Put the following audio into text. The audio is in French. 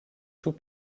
tout